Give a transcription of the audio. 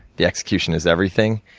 the execution is everything,